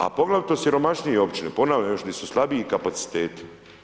A poglavito siromašnije općine, ponavljam još di su slabiji kapaciteti.